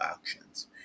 actions